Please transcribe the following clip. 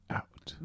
out